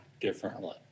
differently